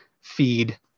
feed